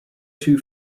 too